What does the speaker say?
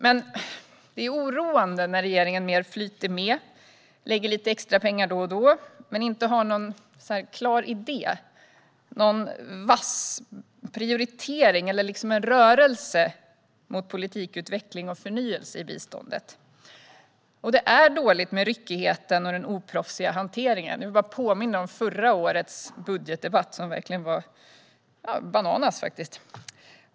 Men det är oroande när regeringen bara flyter med och lägger lite extra pengar då och då men inte har någon klar idé, någon vass prioritering eller någon rörelse mot politikutveckling och förnyelse i biståndet. Det är dåligt med ryckigheten och den oproffsiga hanteringen. Jag vill bara påminna om förra årets budgetdebatt, som verkligen var bananas.